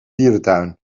dierentuin